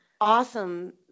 awesome